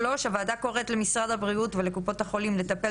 הוועדה קוראת למשרד הבריאות ולקופות החולים לטפל